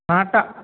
ആട്ട